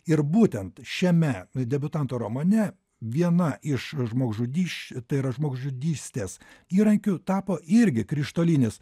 ir būtent šiame debiutanto romane viena iš žmogžudysčių tai yra žmogžudystės įrankiu tapo irgi krištolinis